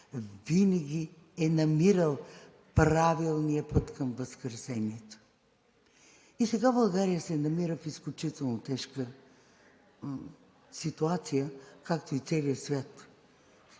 винаги е намирал правилния път към възкресението. И сега България се намира в изключително тежка ситуация, както и целият свят.